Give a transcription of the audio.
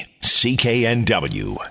CKNW